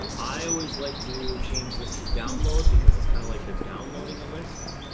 i always like to change this to download because it's kind of like they're downloading a list.